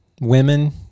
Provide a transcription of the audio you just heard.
women